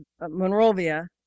Monrovia